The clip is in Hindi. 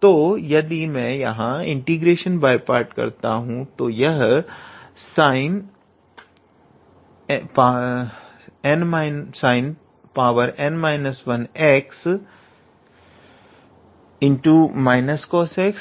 तो यदि मैं यहां इंटीग्रेशन बाय पार्ट्स करता हूं तो यह 𝑠𝑖𝑛𝑛−1x−𝑐𝑜𝑠𝑥 − ∫𝑛